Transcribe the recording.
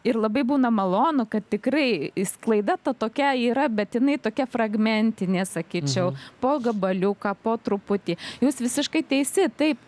ir labai būna malonu kad tikrai sklaida ta tokia yra bet jinai tokia fragmentinė sakyčiau po gabaliuką po truputį jūs visiškai teisi taip